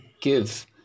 give